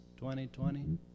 2020